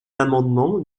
l’amendement